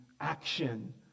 action